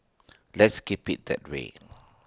let's keep IT that way